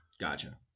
Gotcha